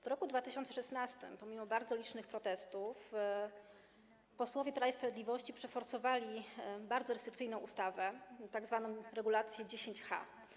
W roku 2016, pomimo bardzo licznych protestów posłowie Prawa i Sprawiedliwości przeforsowali bardzo restrykcyjną ustawę, tzw. regulację 10H.